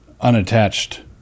unattached